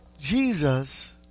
Jesus